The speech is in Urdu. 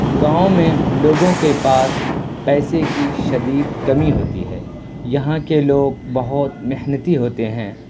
گاؤں میں لوگوں کے پاس پیسے کی شدید کمی ہوتی ہے یہاں کے لوگ بہت محنتی ہوتے ہیں